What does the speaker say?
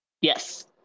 yes